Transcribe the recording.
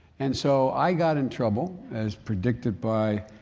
and so, i got in trouble, as predicted by,